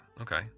Okay